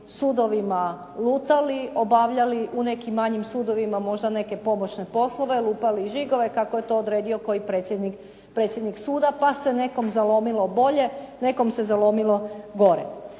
sudovima lutali, obavljali u nekim manjim sudovima možda neke pomoćne poslove, lupali žigove kako je to odredio koji predsjednik suda pa se nekom zalomilo bolje, nekom se zalomilo gore.